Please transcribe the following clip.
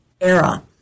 era